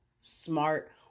smart